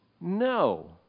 No